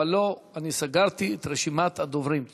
ולא, אני סגרתי את רשימת הדוברים.